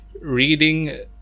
reading